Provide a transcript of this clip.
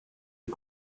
est